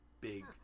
big